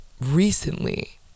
recently